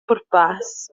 pwrpas